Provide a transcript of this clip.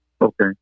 Okay